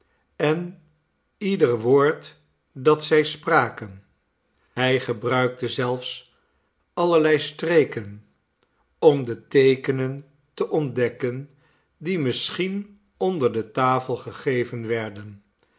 en ieder woord dat zij spraken hij gebruikte zelfs allerlei streken om de teekenen te ontdekken die misschien onder de tafel gegeven werden